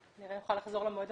אולי נוכל לחזור למועד המקורי.